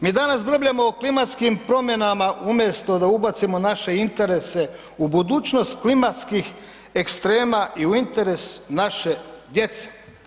Mi danas brbljamo o klimatskim promjenama umjesto da ubacimo naše interese u budućnost klimatskih ekstrema i u interes naše djece.